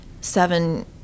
seven